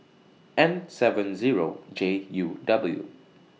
N seven Zero J U W